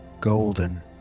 golden